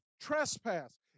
trespass